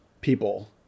people